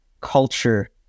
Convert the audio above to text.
culture